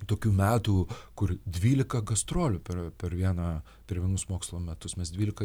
tokių metų kur dvylika gastrolių per per vieną per vienus mokslo metus mes dvylika